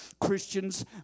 Christians